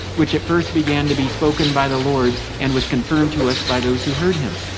which it first began to be spoken by the lord, and was confirmed to us by those who heard him.